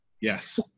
Yes